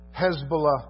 Hezbollah